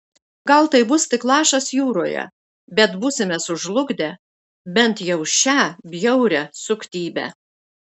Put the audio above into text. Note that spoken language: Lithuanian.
gal tai bus tik lašas jūroje bet būsime sužlugdę bent jau šią bjaurią suktybę